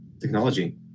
technology